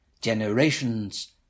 generations